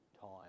time